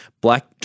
black